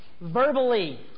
Verbally